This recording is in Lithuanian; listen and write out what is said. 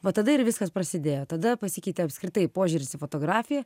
va tada ir viskas prasidėjo tada pasikeitė apskritai požiūris į fotografiją